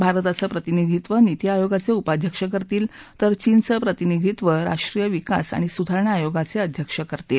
भारताचं प्रतिनिधित्व नीति आयोगाचे उपाध्यक्ष करतील तर चीनचं प्रतिनिधित्व राष्ट्रीय विकास आणि सुधारणा आयोगाचे अध्यक्ष करतील